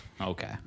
Okay